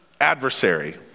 adversary